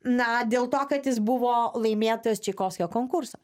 na dėl to kad jis buvo laimėtojas čaikovskio konkurso